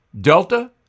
Delta